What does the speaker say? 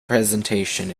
presentation